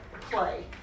play